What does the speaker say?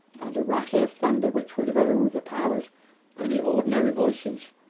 and a rattle of thunder which would have overpowered any ordinary voices,